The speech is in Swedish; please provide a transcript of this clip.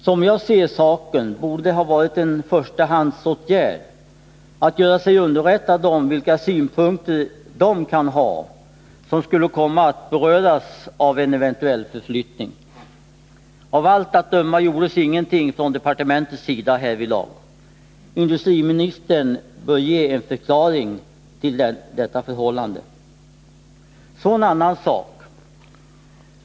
Som jag ser saken borde det ha varit en förstahandsåtgärd att göra sig underrättad om vilka synpunkter de kan ha som skulle komma att beröras av en eventuell flyttning. Av allt att döma gjordes ingenting från departementets sida härvidlag. Industriministern bör ge en förklaring. Så en annan sak.